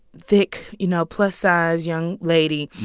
thick you know, plus-sized young lady.